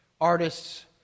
artists